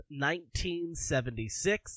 1976